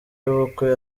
y’ubukwe